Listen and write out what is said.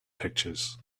pictures